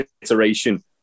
iteration